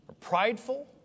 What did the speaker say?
Prideful